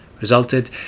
resulted